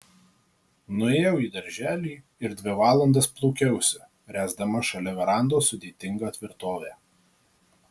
nuėjau į darželį ir dvi valandas plūkiausi ręsdama šalia verandos sudėtingą tvirtovę